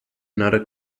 another